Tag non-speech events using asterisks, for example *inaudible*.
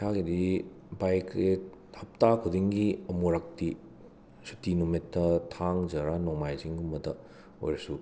ꯏꯁꯥꯒꯤꯗꯤ bike *unintelligible* ꯍꯞꯇꯥ ꯈꯨꯗꯤꯡꯒꯤ ꯑꯃꯨꯔꯛꯇꯤ ꯁꯨꯇꯤ ꯅꯨꯃꯤꯠꯇ ꯊꯥꯡꯖꯔ ꯅꯣꯃꯥꯏꯖꯤꯡꯒꯨꯝꯕꯗ ꯑꯣꯏꯔꯁꯨ